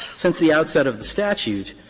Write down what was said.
since the outset of the statute,